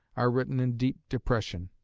are written in deep depression.